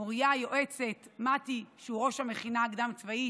מוריה היועצת, מתי, שהוא ראש המכינה הקדם-צבאית,